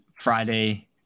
Friday